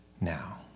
now